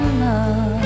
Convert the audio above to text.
love